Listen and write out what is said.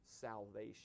salvation